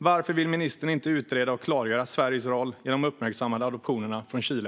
Varför vill ministern inte utreda och klargöra Sveriges roll i de uppmärksammade adoptionerna från Chile?